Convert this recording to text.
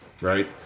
right